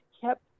kept